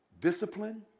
Discipline